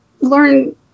learn